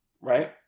right